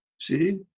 see